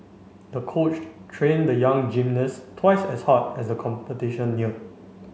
the coach trained the young gymnast twice as hard as the competition neared